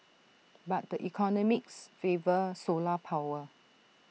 but the economics favour solar power